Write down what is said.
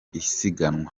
isiganwa